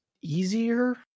easier